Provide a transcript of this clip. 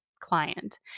Client